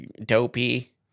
dopey